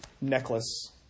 necklace